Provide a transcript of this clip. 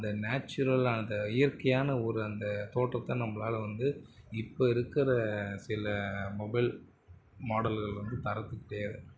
அந்த நேச்சுரலான அந்த இயற்கையான ஒரு அந்த தோற்றத்தை நம்மளால் வந்து இப்போ இருக்கிற சில மொபைல் மாடல்கள் வந்து தரது கிடையாது